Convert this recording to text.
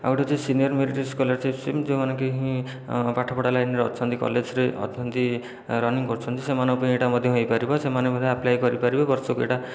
ଆଉ ଗୋଟିଏ ଅଛି ସିନିୟର ମେରିଟ୍ ସ୍କଲାରସିପ୍ ସ୍କିମ୍ ଯେଉଁମାନେ କି ହିଁ ପାଠପଢ଼ା ଲାଇନ୍ରେ ଅଛନ୍ତି କଲେଜରେ ଅଛନ୍ତି ରନିଙ୍ଗ କରୁଛନ୍ତି ସେମାନଙ୍କ ପାଇଁ ଏହିଟା ମଧ୍ୟ ହୋଇପାରିବ ସେମାନେ ମଧ୍ୟ ଆପ୍ଲାଏ କରିପାରିବେ ବର୍ଷକୁ ଏହିଟା